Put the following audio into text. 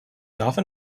often